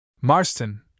Marston